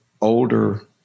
older